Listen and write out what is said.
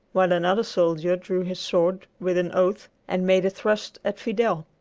while another soldier drew his sword with an oath and made a thrust at fidel.